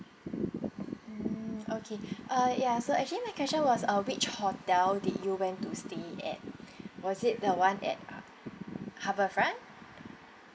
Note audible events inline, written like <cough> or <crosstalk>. mm okay <breath> uh ya so actually my question was uh which hotel did you went to stay at <breath> was it the one at harbourfront